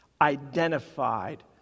identified